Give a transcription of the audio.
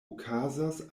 okazas